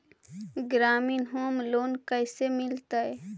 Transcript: ग्रामीण home loan कैसे मिलतै?